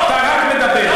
אתה רק מדבר,